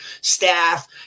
staff